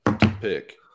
pick